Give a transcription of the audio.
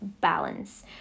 balance